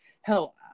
Hell